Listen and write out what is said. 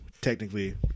Technically